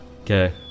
Okay